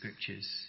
scriptures